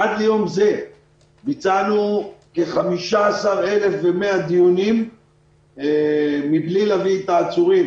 עד ליום זה ביצענו כ-15,100 דיונים מבלי להביא את העצורים